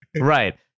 Right